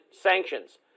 Sanctions